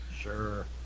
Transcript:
Sure